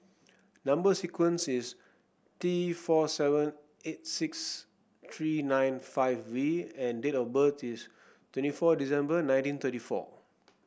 number sequence is T four seven eight six three nine five V and date of birth is twenty four December nineteen thirty four